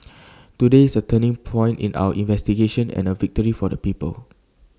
today is A turning point in our investigation and A victory for the people